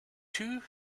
two